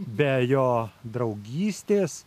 be jo draugystės